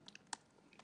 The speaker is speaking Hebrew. היה ויכוח לא פשוט.